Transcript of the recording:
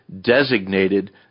designated